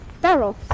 barrel